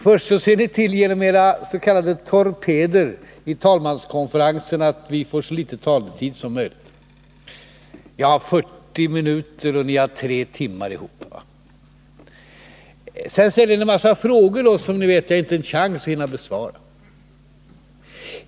Först ser ni till, genom era s.k. torpeder i talmanskonferensen, att vi får så litet talartid som möjligt — jag har 40 minuter och ni har 3 timmar tillsammans. Ni ställer en massa frågor som ni vet att jag inte har en chans att hinna besvara.